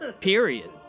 period